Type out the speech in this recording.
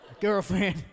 Girlfriend